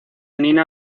nina